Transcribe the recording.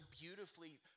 beautifully